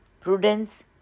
prudence